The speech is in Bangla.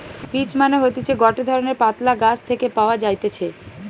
পিচ্ মানে হতিছে গটে ধরণের পাতলা গাছ থেকে পাওয়া যাইতেছে